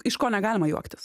iš ko negalima juoktis